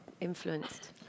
influenced